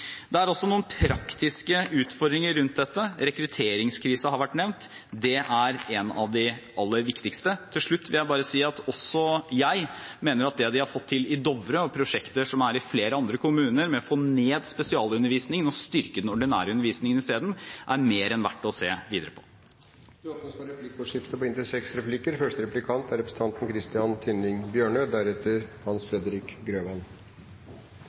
Det er også noen praktiske utfordringer rundt dette. Rekrutteringskrise har vært nevnt, og det er en av de aller viktigste. Til slutt vil jeg si at også jeg mener at det de har fått til i Dovre, og prosjekter som er i flere andre kommuner med å få ned spesialundervisningen og i stedet styrke den ordinære undervisningen, er mer enn verdt å se videre på. Jeg tolker det slik at hensikten med representantforslaget fra Kristelig Folkeparti er